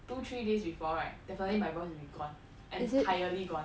two three days before right definitely my voice will be gone entirely gone